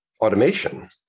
automation